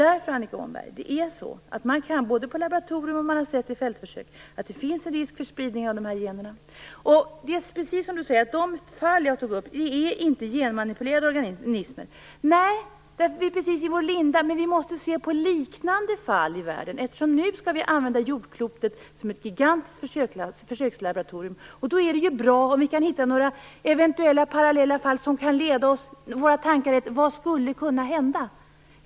Man kan se, Annika Åhnberg, både på laboratorium och i fältförsök, att det finns en risk för spridning av de här generna. Det är precis som jordbruksministern säger, att de fall jag tog upp är inte genmanipulerade organismer. Nej, därför att vi är precis i vår linda. Vi måste se på liknande fall i världen, eftersom vi nu skall använda jordklotet som ett gigantiskt försökslaboratorium. Då är det bra om vi kan hitta några eventuellt parallella fall som kan leda våra tankar till vad som skulle kunna hända.